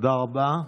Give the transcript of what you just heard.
תודה רבה.